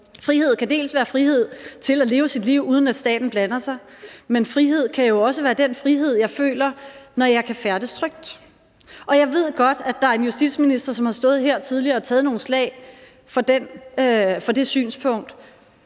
Frihed kan være frihed til at leve sit liv, uden at staten blander sig, men frihed kan jo også være den frihed, jeg føler, når jeg kan færdes trygt. Jeg ved godt, at der er en justitsminister, som har stået her tidligere og taget nogle slag for det synspunkt;